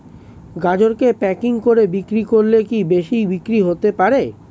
গাজরকে প্যাকেটিং করে বিক্রি করলে কি বেশি বিক্রি হতে পারে?